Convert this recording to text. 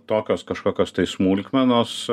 tokios kažkokios tai smulkmenos